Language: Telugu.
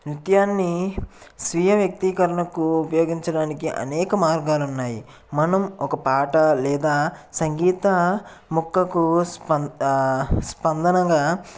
నృత్యాన్ని స్వీయ వ్యక్తీకరణకు ఉపయోగించడానికి అనేక మార్గాలు ఉన్నాయి మనం ఒక పాట లేదా సంగీత ముక్కకు స్పా స్పందనగా